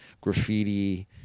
graffiti